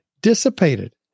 dissipated